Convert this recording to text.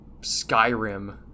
Skyrim